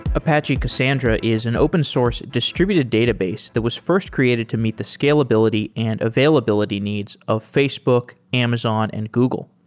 apache cassandra is an open source distributed database that was first created to meet the scalability and availability needs of facebook, amazon and google.